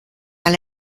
mal